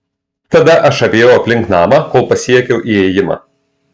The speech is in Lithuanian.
tada aš apėjau aplink namą kol pasiekiau įėjimą